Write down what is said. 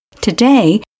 Today